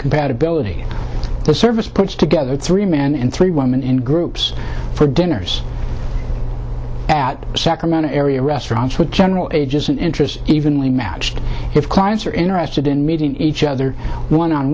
compatibility the service puts together three men and three women in groups for dinners at sacramento area restaurants with general ages and interests evenly matched if clients are interested in meeting each other one on